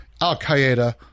al-Qaeda